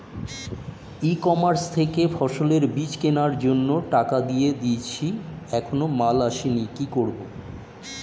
ই commerce থেকে ফসলের বীজ কেনার জন্য টাকা দিয়ে দিয়েছি এখনো মাল আসেনি কি করব?